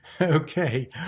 Okay